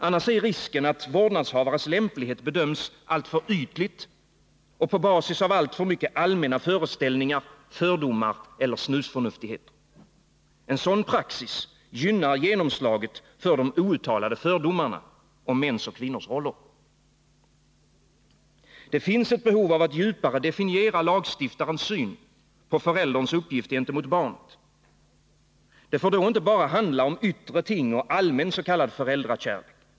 Annars är risken att vårdnadshavares lämplighet bedöms alltför ytligt och på basis av alltför mycket allmänna föreställningar, fördomar eller snusförnuftigheter. En sådan praxis gynnar genomslaget för de outtalade fördomarna om mäns och kvinnors roller. Det finns ett behov av att djupare definiera lagstiftarens syn på förälderns uppgift gentemot barnet. Det får inte bara handla om yttre ting och allmän s.k. föräldrakärlek.